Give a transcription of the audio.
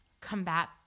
combat